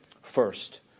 First